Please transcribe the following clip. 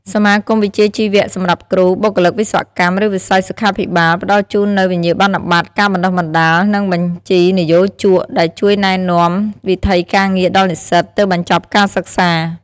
សមាគមវិជ្ជាជីវៈសម្រាប់គ្រូ បុគ្គលិកវិស្វកម្ម ឬវិស័យសុខាភិបាល ផ្តល់ជូននូវវិញ្ញាបនបត្រ ការបណ្តុះបណ្តាល និងបញ្ជីនិយោជក ដែលជួយណែនាំវិថីការងារដល់និស្សិតទើបបញ្ចប់ការសិក្សា។